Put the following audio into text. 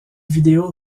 vidéo